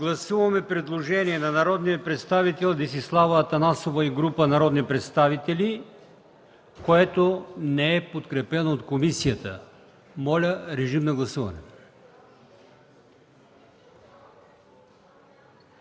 Гласуваме предложението на народния представител Десислава Атанасова и група народни представители, което не е подкрепено от комисията. Моля, режим на гласуване.